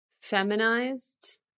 feminized